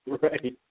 right